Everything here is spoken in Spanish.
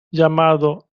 llamado